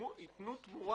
שיתנו תמורה.